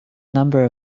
number